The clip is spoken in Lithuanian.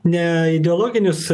ne ideologinius